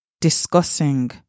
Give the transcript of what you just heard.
discussing